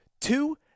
Two